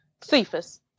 Cephas